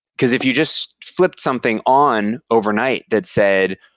because if you just flip something on overnight that said,